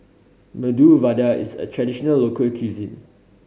Medu Vada is a traditional local cuisine